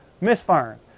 misfiring